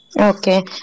Okay